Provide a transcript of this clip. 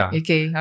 okay